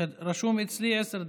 רשום אצלי עשר דקות.